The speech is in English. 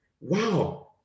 wow